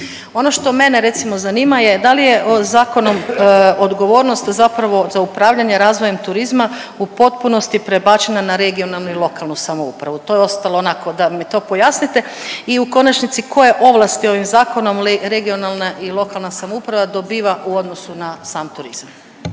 Ono što mene recimo zanima je, da li je zakonom odgovornost zapravo za upravljanjem razvojem turizma u potpunosti prebačena na regionalnu i lokalnu samoupravu, to je ostalo onako da mi to pojasnite i u konačnici koje ovlasti ovim zakonom regionalna i lokalna samouprava dobiva u odnosu na sam turizam?